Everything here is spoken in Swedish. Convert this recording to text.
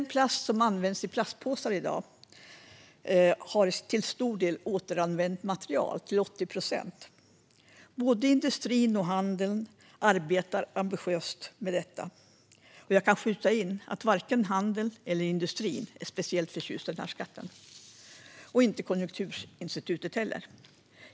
Den plast som används i plastpåsar i dag har till 80 procent återanvänt material. Både industrin och handeln arbetar ambitiöst med detta. Jag kan skjuta in att varken handeln eller industrin är speciellt förtjust i den här skatten. Det är inte Konjunkturinstitutet heller.